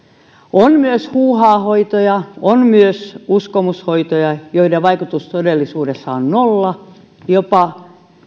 on myös huuhaa hoitoja on myös uskomushoitoja joiden vaikutus ihmiseen todellisuudessa on nolla jopa